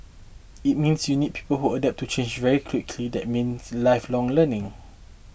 it means you need people who adapt to change very quickly that means lifelong learning